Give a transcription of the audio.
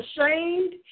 ashamed